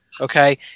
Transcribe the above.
Okay